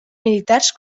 militars